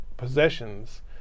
Possessions